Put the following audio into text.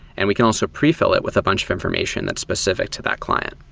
and we can also pre-fill it with a bunch of information that's specific to that client.